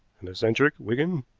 an eccentric, wigan,